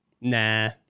Nah